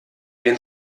den